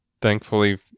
thankfully